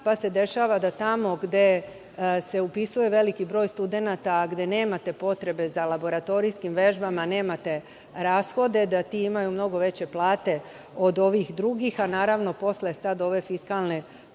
pa se dešava da tamo gde se upisuje veliki broj studenata, a gde nemate potrebe za laboratorijskim vežbama, nemate rashode, da ti imaju mnogo veće plate od ovih drugih. Naravno, sada posle ove fiskalne